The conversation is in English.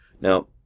Now